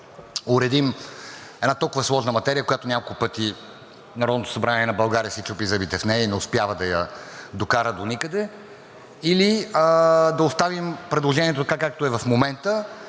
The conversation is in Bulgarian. да уредим една толкова сложна материя, в която няколко пъти Народното събрание на България си чупи зъбите и не успява да я докара доникъде. Или да оставим предложението така, както е в момента,